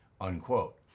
Unquote